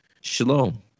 Shalom